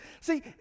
See